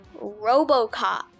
robocop